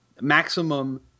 maximum